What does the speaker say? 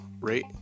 rate